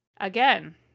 again